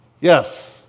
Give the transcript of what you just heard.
yes